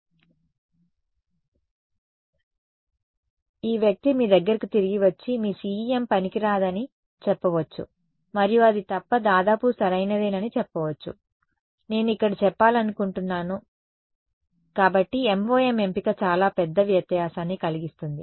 కాబట్టి ఈ వ్యక్తి మీ వద్దకు తిరిగి వచ్చి మీ CEM పనికిరానిది అని చెప్పవచ్చు మరియు అది తప్ప దాదాపు సరైనదేనని చెప్పవచ్చు నేను ఇక్కడ చెప్పాలనుకుంటున్నాను కాబట్టి MoM ఎంపిక చాలా పెద్ద వ్యత్యాసాన్ని కలిగిస్తుంది